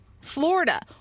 Florida